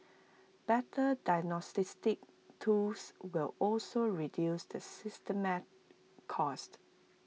better diagnostics tools will also reduce the systemic cost